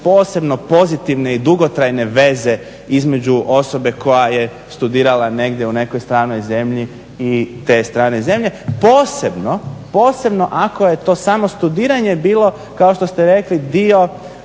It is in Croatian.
posebno pozitivne i dugotrajne veze između osobe koja je studirala negdje u nekoj stranoj zemlji i strane zemlje posebno ako je to samo studiranje bilo kao što ste rekli dio